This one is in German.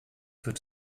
wird